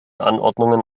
anordnungen